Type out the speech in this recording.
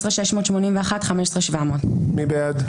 14,861 עד 14,880, מי בעד?